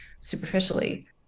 superficially